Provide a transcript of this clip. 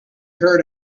heard